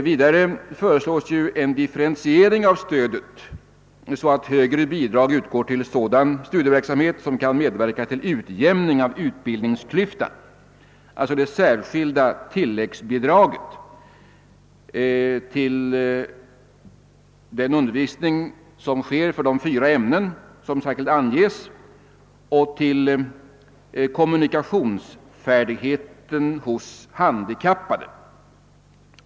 Vidare föreslås en differentiering av stödet så att högre bidrag utgår till sådan studieverksamhet som kan medverka till en utjämning av utbildningsklyftan — det särskilda tilläggsbidrag till den undervisning som sker i de fyra ämnen som särskilt anges och till kommunikationsfärdigheten hos handikappade.